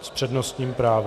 S přednostním právem?